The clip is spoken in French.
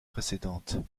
précédentes